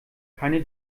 keine